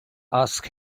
asked